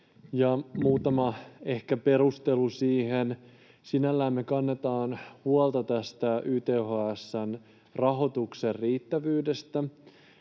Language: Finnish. muutama perustelu siihen. Sinällään me kannetaan huolta tästä YTHS:n rahoituksen riittävyydestä,